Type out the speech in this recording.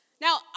Now